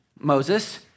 Moses